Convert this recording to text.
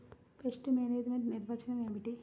Pest management నిర్వచనం ఏమిటి?